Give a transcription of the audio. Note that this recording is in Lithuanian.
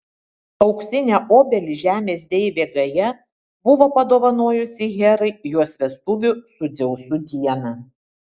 auksinę obelį žemės deivė gaja buvo padovanojusi herai jos vestuvių su dzeusu dieną